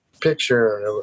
picture